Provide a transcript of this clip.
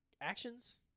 actions